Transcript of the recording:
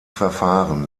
verfahren